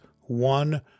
one